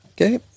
Okay